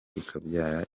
ikabyara